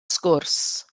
sgwrs